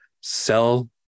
sell